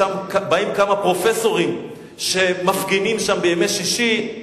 משם באים כמה פרופסורים שמפגינים שם בימי שישי,